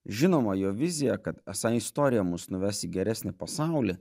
žinoma jo vizija kad esą istorija mus nuves į geresnį pasaulį